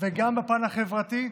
וגם בפן החברתי,